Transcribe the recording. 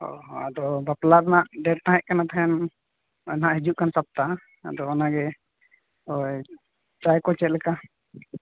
ᱟᱫᱚ ᱵᱟᱯᱞᱟ ᱨᱮᱱᱟᱜ ᱰᱮᱴ ᱛᱮᱦᱮᱸᱫ ᱠᱟᱱᱟ ᱛᱮᱦᱮᱱ ᱱᱮᱜᱼᱮ ᱱᱟᱦᱟᱸᱜ ᱦᱤᱡᱩᱜᱠᱟᱱ ᱥᱚᱯᱛᱟ ᱟᱫᱚ ᱚᱱᱟᱜᱮ ᱪᱟᱭᱠᱚ ᱪᱮᱫᱞᱮᱠᱟ